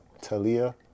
Talia